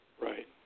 Right